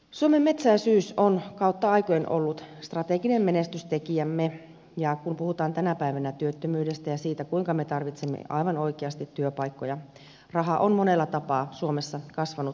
suomen metsäisyys on kautta aikojen ollut strateginen menestystekijämme ja kun puhutaan tänä päivänä työttömyydestä ja siitä kuinka me tarvitsemme aivan oikeasti työpaikkoja raha on monella tapaa suomessa kasvanut puussa